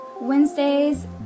Wednesdays